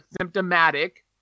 symptomatic